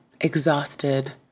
exhausted